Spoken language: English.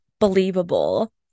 Believable